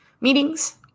meetings